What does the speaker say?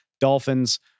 Dolphins